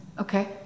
Okay